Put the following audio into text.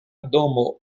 domo